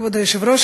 כבוד היושב-ראש,